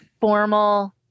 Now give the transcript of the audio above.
formal